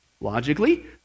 Logically